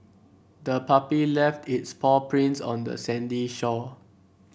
the puppy left its paw prints on the sandy shore